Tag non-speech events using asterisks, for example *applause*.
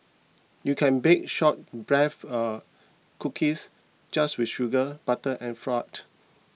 you can bake short breath uh cookies just with sugar butter and *unintelligible*